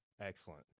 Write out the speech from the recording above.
Excellent